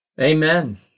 Amen